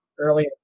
Earlier